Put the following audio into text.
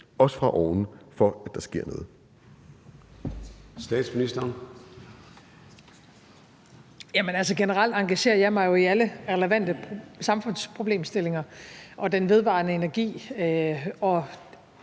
Kl. 14:10 Statsministeren (Mette Frederiksen): Generelt engagerer jeg mig i alle relevante samfundsproblemstillinger. Og den vedvarende energi